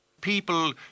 People